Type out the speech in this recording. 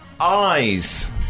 Eyes